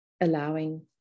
allowing